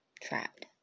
trapped